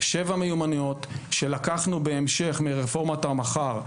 שבע מיומנויות שלקחנו מרפורמת המח"ר.